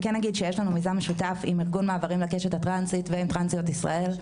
יש לנו מיזם משותף עם ארגון מעברים לקשת הטרנסית ועם לטרנסיות ישראל.